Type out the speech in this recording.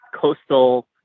coastal